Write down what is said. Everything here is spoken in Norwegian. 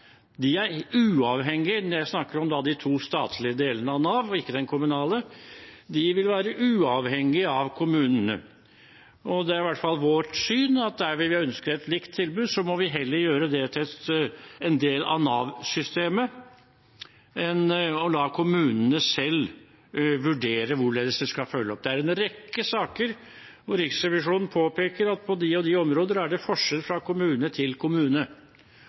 Jeg snakker da om de to statlige delene av Nav, og ikke den kommunale. De vil være uavhengig av kommunene. Og det er i hvert fall vårt syn at der vil vi ønske et likt tilbud. Så må vi heller gjøre det til en del av Nav-systemet enn å la kommunene selv vurdere hvorledes de skal følge opp. Det er en rekke saker hvor Riksrevisjonen påpeker at på de og de områder er det forskjell fra kommune til kommune.